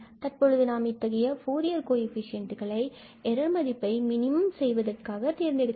தற்பொழுது நாம் இத்தகைய ஃபூரியர் கோஎஃபிசியன்டுகளை எரர் மதிப்பை மினிமம் செய்வதற்காக தேர்ந்தெடுக்கவேண்டும்